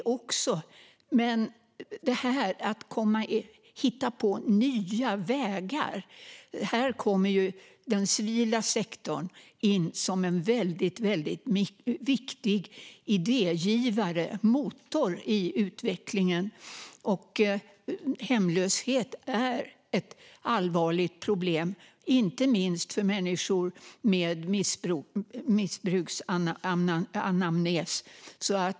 Här handlar det dock om att hitta på nya vägar. Den civila sektorn kommer in som en väldigt viktig idégivare, motor, i utvecklingen. Hemlöshet är ett allvarligt problem, inte minst för människor med missbruksanamnes.